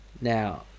Now